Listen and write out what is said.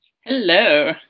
Hello